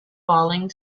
falling